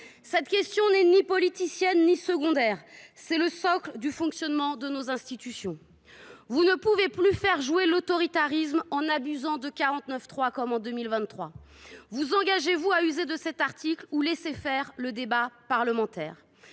Cette question n’est ni politicienne ni secondaire : c’est le socle du fonctionnement de nos institutions. Vous ne pouvez plus faire jouer l’autoritarisme, en abusant du 49.3 comme en 2023. Continuerez vous d’user de cet article de la Constitution ou vous engagez